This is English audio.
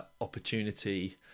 opportunity